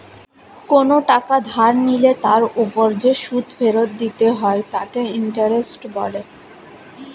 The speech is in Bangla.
কোনো টাকা ধার নিলে তার উপর যে সুদ ফেরত দিতে হয় তাকে ইন্টারেস্ট বলে